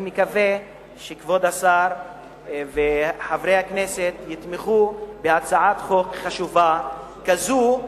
אני מקווה שכבוד השר וחברי הכנסת יתמכו בהצעת חוק חשובה כזאת,